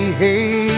hey